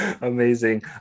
amazing